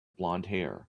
blondhair